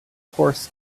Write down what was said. horse